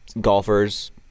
golfers